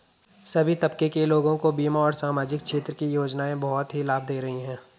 सभी तबके के लोगों को बीमा और सामाजिक क्षेत्र की योजनाएं बहुत ही लाभ दे रही हैं